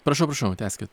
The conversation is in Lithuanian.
prašau prašau tęskit